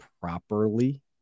properly